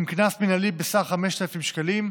עם קנס מינהלי בסך 5,000 שקלים.